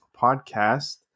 Podcast